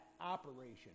operation